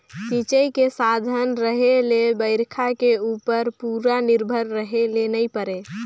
सिंचई के साधन रहें ले बइरखा के उप्पर पूरा निरभर रहे ले नई परे